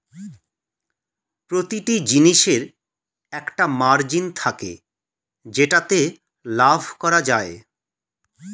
প্রতিটি জিনিসের একটা মার্জিন থাকে যেটাতে লাভ করা যায়